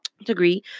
degree